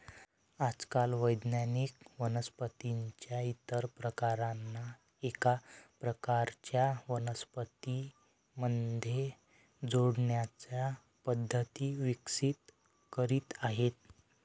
आजकाल वैज्ञानिक वनस्पतीं च्या इतर प्रकारांना एका प्रकारच्या वनस्पतीं मध्ये जोडण्याच्या पद्धती विकसित करीत आहेत